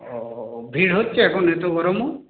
ও ভিড় হচ্ছে এখন এত গরমেও